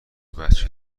بچه